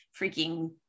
freaking